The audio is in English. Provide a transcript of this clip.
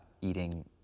eating